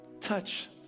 touch